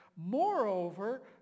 Moreover